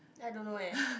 I don't know eh